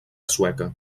sueca